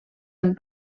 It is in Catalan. amb